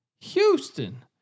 Houston